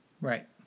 Right